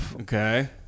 Okay